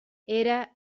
era